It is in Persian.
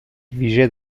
ویژه